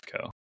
Co